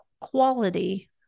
quality